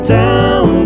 town